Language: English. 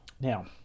Now